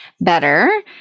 better